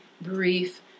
brief